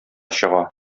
чыга